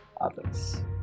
others